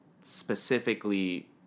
specifically